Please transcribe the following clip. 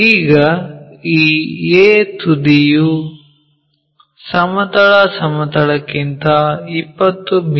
ಈಗ a ತುದಿಯು ಸಮತಲ ಸಮತಲಕ್ಕಿಂತ 20 ಮಿ